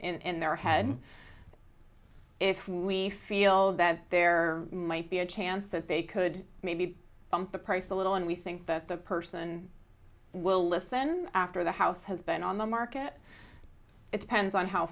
in their head if we feel that there might be a chance that they could maybe bump the price a little and we think that the person will listen after the house has been on the market it spends on how